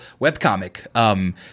webcomic